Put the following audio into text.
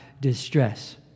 distress